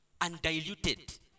undiluted